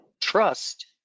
trust